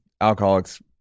alcoholics